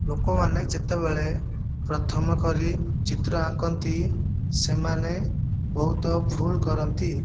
ଲୋକମାନେ ଯେତେବଳେ ପ୍ରଥମ କରି ଚିତ୍ର ଆଙ୍କନ୍ତି ସେମାନେ ବହୁତ ଭୁଲ କରନ୍ତି